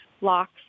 locks